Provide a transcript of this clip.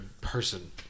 person